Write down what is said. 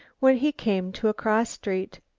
when he came to a cross street.